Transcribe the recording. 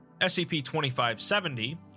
SCP-2570